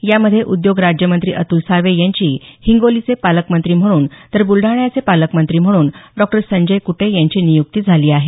यामध्ये उद्योग राज्यमंत्री अतुल सावे यांची हिंगोलीचे पालकमंत्री म्हणून तर बुलडाण्याचे पालकमंत्री म्हणून डॉक्टर संजय कुटे यांची नियुक्ती झाली आहे